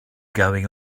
going